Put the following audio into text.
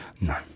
No